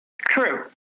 True